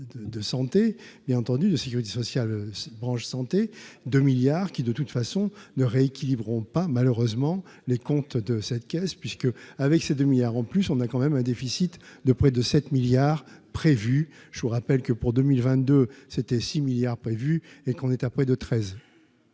de santé il y a entendu de sécurité sociale branche santé de milliards qui de toute façon ne rééquilibre ont pas malheureusement les comptes de cette caisse puisque, avec ses 2 milliards en plus, on a quand même un déficit de près de 7 milliards prévus, je vous rappelle que pour 2022, c'était 6 milliards prévus et qu'on est à près de 13.